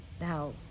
Now